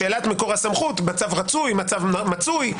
שאלת מקור הסמכות, מצב רצוי, מצוי.